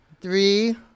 three